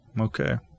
Okay